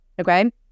okay